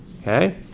Okay